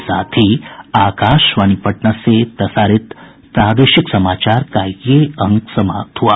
इसके साथ ही आकाशवाणी पटना से प्रसारित प्रादेशिक समाचार का ये अंक समाप्त हुआ